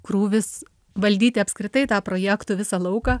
krūvis valdyti apskritai tą projektų visą lauką